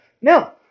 No